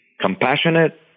compassionate